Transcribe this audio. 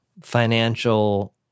financial